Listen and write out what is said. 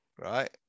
right